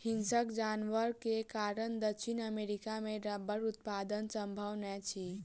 हिंसक जानवर के कारण दक्षिण अमेरिका मे रबड़ उत्पादन संभव नै अछि